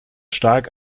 stark